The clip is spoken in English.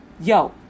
Yo